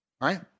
right